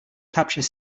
capture